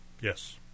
Yes